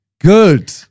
Good